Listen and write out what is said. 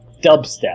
dubstep